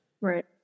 right